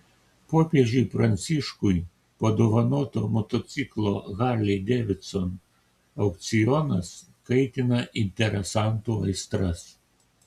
popiežiui pranciškui padovanoto motociklo harley davidson aukcionas kaitina interesantų aistras